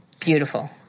Beautiful